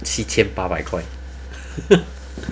七千八百块